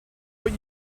but